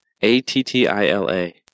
A-T-T-I-L-A